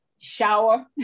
shower